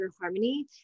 harmony